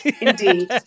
Indeed